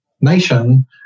nation